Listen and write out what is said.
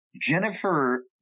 Jennifer